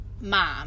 mom